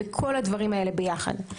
בכל הדברים האלה ביחד.